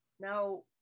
Now